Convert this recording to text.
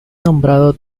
nombrado